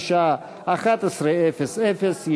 בשעה 11:00.